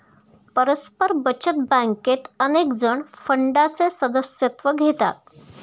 परस्पर बचत बँकेत अनेकजण फंडाचे सदस्यत्व घेतात